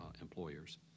employers